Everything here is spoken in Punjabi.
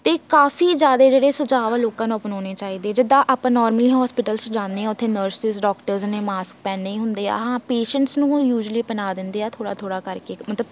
ਅਤੇ ਕਾਫੀ ਜ਼ਿਆਦਾ ਜਿਹੜੇ ਸੁਝਾਵ ਆ ਲੋਕਾਂ ਨੂੰ ਅਪਣਾਉਣੇ ਚਾਹੀਦੇ ਜਿੱਦਾਂ ਆਪਾਂ ਨੋਰਮਲੀ ਹੋਸਪਿਟਲਸ 'ਚ ਜਾਂਦੇ ਹਾਂ ਉੱਥੇ ਨਰਸਿਸ ਡਾਕਟਰਜ ਨੇ ਮਾਸਕ ਪਹਿਨੇ ਹੁੰਦੇ ਆ ਹਾਂ ਪੇਸ਼ੈਂਟਸ ਨੂੰ ਉਹ ਯੂਜਲੀ ਪਹਿਨਾ ਦਿੰਦੇ ਆ ਥੋੜ੍ਹਾ ਥੋੜ੍ਹਾ ਕਰਕੇ ਮਤਲਬ